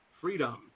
Freedom